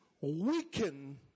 weaken